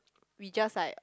we just like